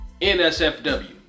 N-S-F-W